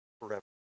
forever